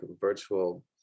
virtual